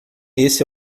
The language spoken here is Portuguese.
esse